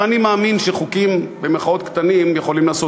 אבל אני מאמין שחוקים "קטנים" יכולים לעשות